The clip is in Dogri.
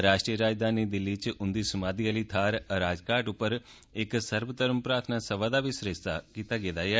राष्ट्री राजघानी दिल्ली च उंदी समाद्वि आली थार राजघाट उप्पर इक सर्वधर्म प्रार्थना सभा दा आयोजन बी कीता गेदा ऐ